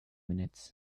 minutes